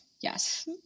Yes